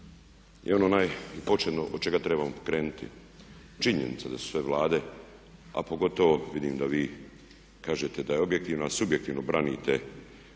je ono najpočeno od čega trebamo krenuti. Činjenica da su sve Vlade, a pogotovo vidim da vi kažete da je objektivno, a subjektivno branite